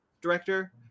director